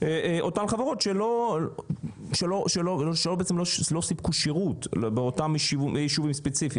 אותן חברות שלא סיפקו שירות באותם ישובים ספציפיים?